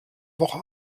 woche